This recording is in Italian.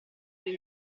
per